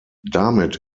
damit